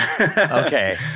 Okay